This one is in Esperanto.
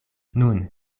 nun